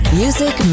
music